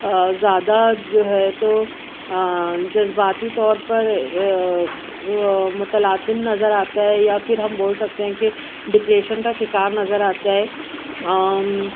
زیادہ جو ہے تو جذباتی طور پر مطلاطم نظر آتا ہے یا پھر ہم بول سکتے ہیں کہ ڈپریشن کا شکار نظر آتا ہے